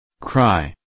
Cry